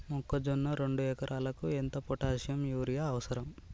మొక్కజొన్న రెండు ఎకరాలకు ఎంత పొటాషియం యూరియా అవసరం?